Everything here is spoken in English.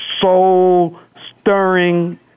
soul-stirring